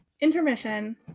Intermission